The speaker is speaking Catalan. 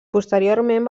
posteriorment